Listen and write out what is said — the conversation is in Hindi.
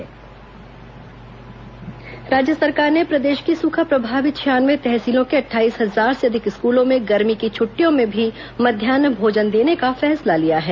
मध्यान्ह भोजन राज्य सरकार ने प्रदेश की सूखा प्रभावित छियानवे तहसीलों के अट्टाइस हजार से अधिक स्कूलों में गर्मी की छुट्टियों में भी मध्यान्ह भोजन देने का फैसला लिया है